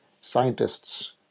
scientists